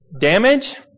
damage